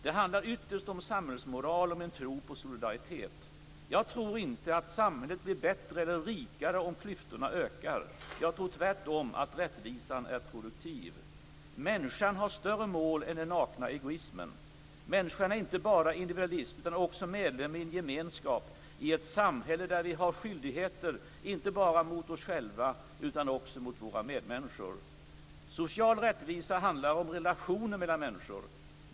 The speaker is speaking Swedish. Det handlar ytterst om samhällsmoral, om en tro på solidaritet. Jag tror inte att samhället blir bättre eller rikare om klyftorna ökar; jag tror tvärtom att rättvisan är produktiv. Människan har större mål än den nakna egoismen. Människan är inte bara individualist utan också medlem i en gemenskap, i ett samhälle där vi har skyldigheter inte bara mot oss själva utan också mot våra medmänniskor. Social rättvisa handlar om relationer mellan människor.